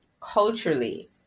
culturally